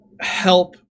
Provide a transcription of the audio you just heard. help